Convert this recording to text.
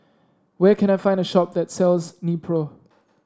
where can I find a shop that sells Nepro